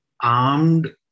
armed